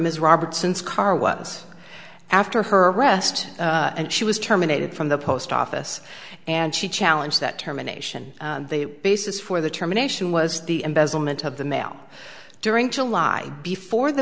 ms robertson's car was after her arrest and she was terminated from the post office and she challenge that terminations basis for the termination was the embezzlement of the mail during july before the